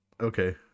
Okay